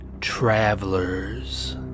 Travelers